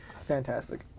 Fantastic